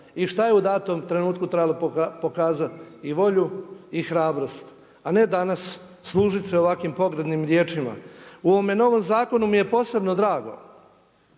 i šta je u datom trenutku trebalo pokazati i volju i hrabrost. A ne danas služiti se ovakvim pogrebnim riječima. U ovom novom zakonu mi je posebno drago,